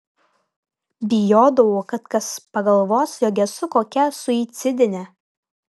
bijodavau kad kas pagalvos jog esu kokia suicidinė